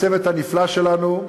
אני מוסיף כמובן את הצוות הנפלא שלנו,